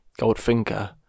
Goldfinger